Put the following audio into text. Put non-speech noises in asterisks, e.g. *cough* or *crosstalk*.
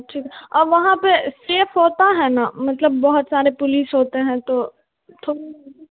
ठीक है वहाँ पर सेफ़ होता है ना मतलब बहुत सारी पुलिस होते हैं तो *unintelligible*